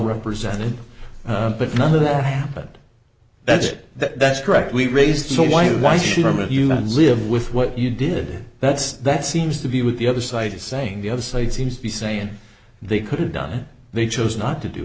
represented but none of that happened that's it that's correct we raised so why why should i'm a human live with what you did that's that seems to be with the other side saying the other side seems to be saying they could have done it they chose not to do